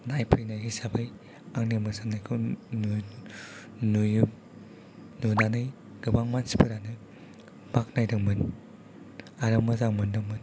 नायफैनाय हिसाबै आंनि मोसानायखौ नु नुयो नुनानै गोबां मानसिफोरानो बाख्नायदोंमोन आरो मोजां मोनदोंमोन